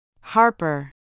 Harper